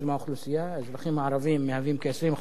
האזרחים הערבים מהווים כ-20% מהאוכלוסייה,